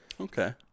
Okay